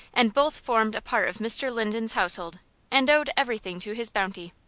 and both formed a part of mr. linden's household, and owed everything to his bounty.